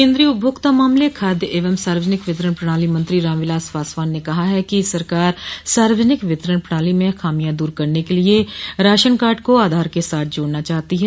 केन्द्रीय उपभोक्ता मामले खाद्य एवं सार्वजनिक वितरण प्रणाली मंत्री राम विलास पासवान ने कहा है कि सरकार सार्वजनिक वितरण प्रणाली में खामियां दूर करने के लिए राशन कार्ड को आधार के साथ जोड़ना चाहतो है